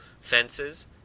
Fences